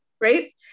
right